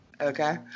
okay